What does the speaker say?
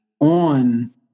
on